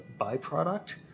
byproduct